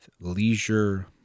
leisure